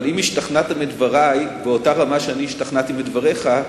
אבל אם השתכנעת מדברי באותה רמה שאני השתכנעתי מדבריך,